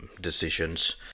decisions